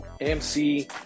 MC